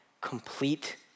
complete